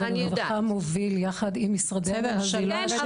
הרווחה מוביל יחד עם משרדי הממשלה.